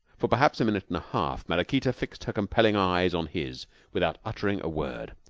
for perhaps a minute and a half maraquita fixed her compelling eyes on his without uttering a word.